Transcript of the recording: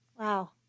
Wow